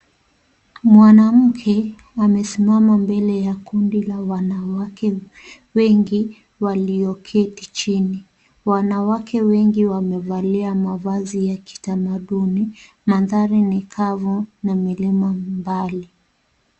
Mwanamke amesimama mbele ya kundi la wanawake wengi walioketi chini. Wanawake wengi wamevalia mavazi ya kitamaduni, mandhari ni kavu na milima mbali.